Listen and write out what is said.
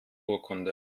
urkunde